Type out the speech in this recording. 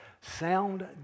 sound